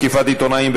תקיפת עיתונאים).